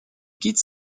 quitte